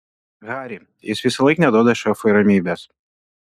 hari jis visąlaik neduoda šefui ramybės